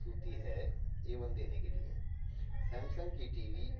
صوتی ہے ایون دینے کے لیے سیمسنگ کی ٹی وی